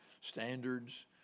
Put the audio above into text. standards